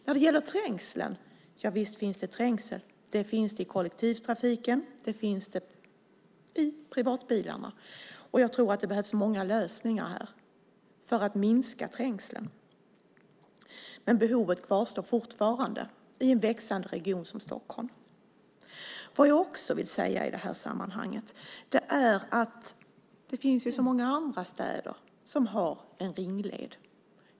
När det gäller trängseln - för visst finns det trängsel både i kollektivtrafiken och bland privatbilisterna - tror jag att det behövs många lösningar för att minska den. Behovet kvarstår dock i en växande region som Stockholm. Jag vill i detta sammanhang också säga att det finns många andra städer som har en ringled.